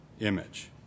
image